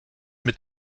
mit